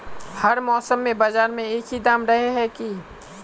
हर मौसम में बाजार में एक ही दाम रहे है की?